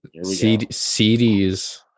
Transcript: CDs